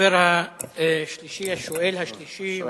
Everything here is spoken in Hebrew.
הדובר השלישי, השואל השלישי, השואלת.